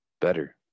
better